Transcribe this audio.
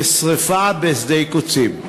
כשרפה בשדה קוצים,